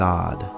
God